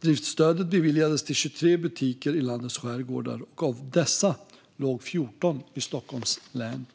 Driftsstödet beviljades till 23 butiker i landets skärgårdar, och av dessa låg 14 i Stockholms län.